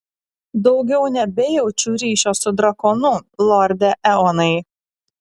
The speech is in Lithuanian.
daugiau nebejaučiu ryšio su drakonu lorde eonai